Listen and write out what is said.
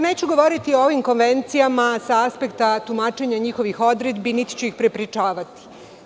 Neću govoriti o ovim konvencijama sa aspekta tumačenja njihovih odredbi, niti ću ih prepričavati.